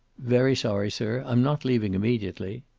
very sorry, sir. i'm not leaving immediately.